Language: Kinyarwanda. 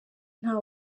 nta